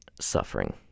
suffering